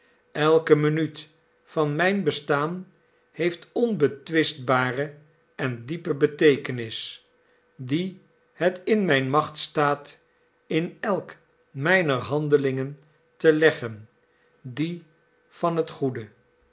elke minuut van mijn bestaan heeft onbetwistbare en diepe beteekenis die het in mijn macht staat in elk mijner handelingen te leggen die van het goede